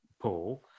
Paul